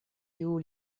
ĝuu